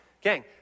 Gang